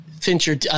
Fincher